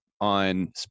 on